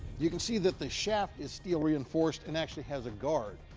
you can see that the shaft is steel-reinforced and actually has a guard.